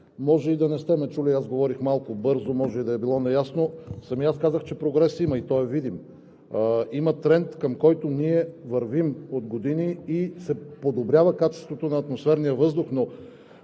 може и да не сте ме чули, аз говорих малко бързо, може и да е било неясно. Самият аз казах, че прогрес има и той е видим. Има тренд, към който ние вървим от години, и се подобрява качеството на атмосферния въздух,